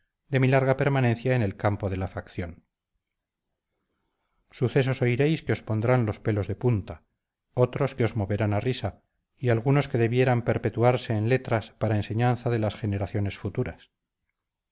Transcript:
de mi larga permanencia en el campo de la facción sucesos oiréis que os pondrán los pelos de punta otros que os moverán a risa y algunos que debieran perpetuarse en letras para enseñanza de las generaciones futuras